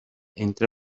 entre